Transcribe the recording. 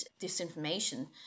disinformation